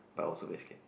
but also get scared